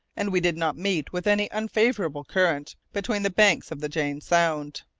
and we did not meet with any unfavourable current between the banks of the jane sound.